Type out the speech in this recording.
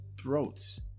throats